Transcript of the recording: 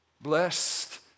Blessed